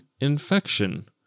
infection